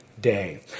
day